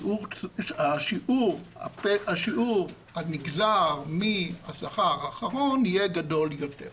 השיעור הנגזר מהשכר האחרון יהיה גדול יותר.